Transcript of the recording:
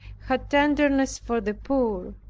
had tenderness for the poor,